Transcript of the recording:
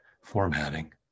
formatting